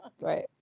Right